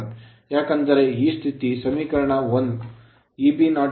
ಏಕೆಂದರೆ ಈ ಸ್ಥಿತಿ ಸಮೀಕರಣ 1 Eb0 K ∅0 n0